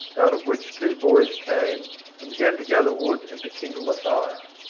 out of which two boys came and began to gather wood and to kindle a fire.